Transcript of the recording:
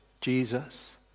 Jesus